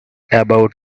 about